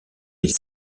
les